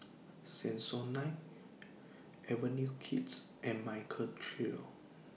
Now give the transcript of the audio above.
Samsonite Avenue Kids and Michael Trio